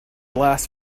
last